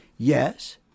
Yes